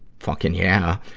fucking yeah!